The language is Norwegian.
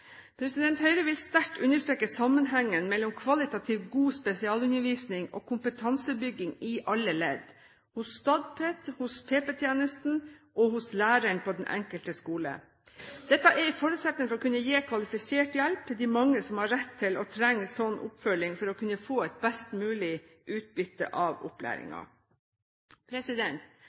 Høyre vil sterkt understreke sammenhengen mellom kvalitativ god spesialundervisning og kompetansebygging i alle ledd – hos Statped, hos PP-tjenesten og hos læreren på den enkelte skole. Dette er en forutsetning for å kunne gi kvalifisert hjelp til de mange som har rett til, og trenger, slik oppfølging for å kunne få best mulig utbytte av